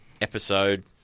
episode